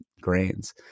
grains